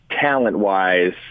talent-wise